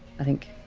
i think.